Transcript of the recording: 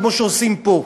כמו שעושים פה.